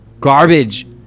garbage